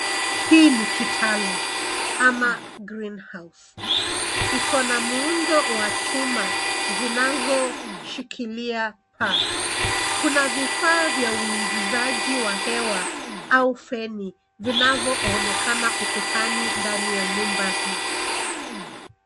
Hii ni kitalu ama green-house . Iko na muundo wa chuma zinazo shikilia paa. Kuna vifaa vya uingizaji wa hewa au feni vinavyoonekana ukutani ndani ya nyumba hii.